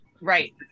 Right